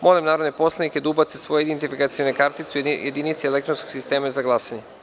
Molim narodne poslanike da ubace svoje identifikacione kartice u jedinice elektronskog sistema za glasanje.